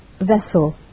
vessel